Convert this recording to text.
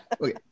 Okay